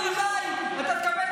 נכון, אתה צודק.